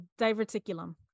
diverticulum